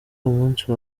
umunsi